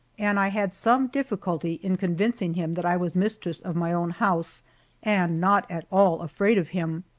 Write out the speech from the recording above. and i had some difficulty in convincing him that i was mistress of my own house and not at all afraid of him.